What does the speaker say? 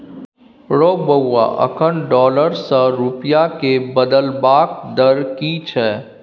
रौ बौआ अखन डॉलर सँ रूपिया केँ बदलबाक दर की छै?